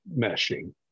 meshing